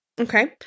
Okay